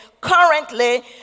currently